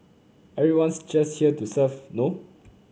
everyone's just here to serve no